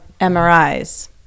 MRIs